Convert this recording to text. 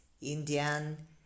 Indian